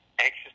anxious